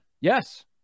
Yes